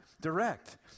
direct